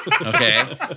Okay